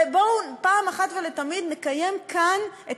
ובואו פעם אחת ולתמיד נקיים כאן את